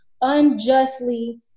unjustly